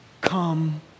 come